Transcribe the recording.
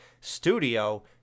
studio